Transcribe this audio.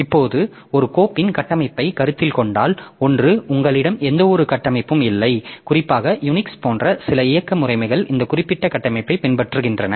இப்போது ஒரு கோப்பின் கட்டமைப்பை கருத்தில் கொண்டால் ஒன்று உங்களிடம் எந்தவொரு கட்டமைப்பும் இல்லை குறிப்பாக யுனிக்ஸ் போன்ற சில இயக்க முறைமைகள் இந்த குறிப்பிட்ட கட்டமைப்பைப் பின்பற்றுகின்றன